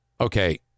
Okay